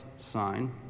sign